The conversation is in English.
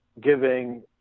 giving